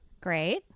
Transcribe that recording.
Great